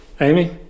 Amy